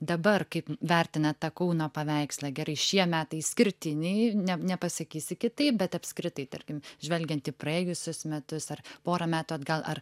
dabar kaip vertinat tą kauno paveikslą gerai šie metai išskirtiniai ne nepasakysi kitaip bet apskritai tarkim žvelgiant į praėjusius metus ar porą metų atgal ar